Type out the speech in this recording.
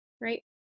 right